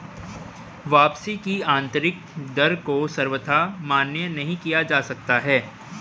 वापसी की आन्तरिक दर को सर्वथा मान्य नहीं किया जा सकता है